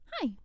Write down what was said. hi